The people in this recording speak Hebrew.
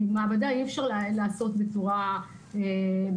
כי במעבדה אי אפשר לעסוק בצורה דיגיטלית,